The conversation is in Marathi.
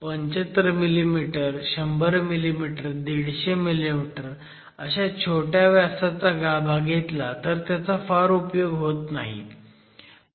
75 मिमी 100 मिमी 150 मिमी अशा छोट्या व्यासाचा गाभा घेतला तर त्याचा फार उपयोग नाही